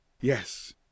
Yes